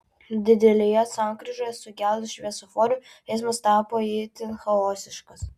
didelėje sankryžoje sugedus šviesoforui eismas tapo itin chaotiškas